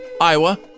Iowa